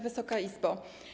Wysoka Izbo!